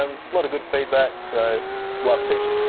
um lot of good feedback, so love teaching.